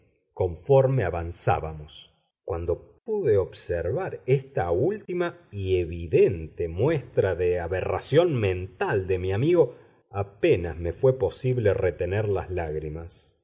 conforme avanzábamos cuando pude observar esta última y evidente muestra de la aberración mental de mi amigo apenas me fué posible retener las lágrimas